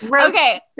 Okay